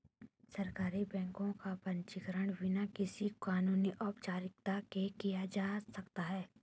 सहकारी बैंक का पंजीकरण बिना किसी कानूनी औपचारिकता के किया जा सकता है